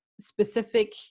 specific